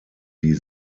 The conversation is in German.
die